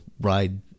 ride